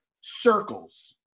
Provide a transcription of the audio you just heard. circles